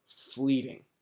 fleeting